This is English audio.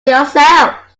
yourself